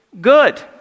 good